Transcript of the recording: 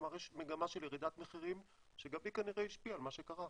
כלומר יש מגמה של ירידת מחירים שגם היא כנראה השפיעה על מה שקורה.